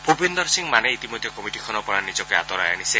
ভূপিন্দৰ সিং মানে ইতিমধ্যে কমিটিখনৰ পৰা নিজকে আঁতৰাই আনিছে